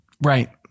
Right